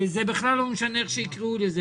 וזה בכלל לא משנה איך יקראו לזה,